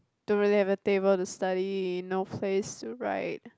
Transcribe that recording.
don't really have a table to study no place to write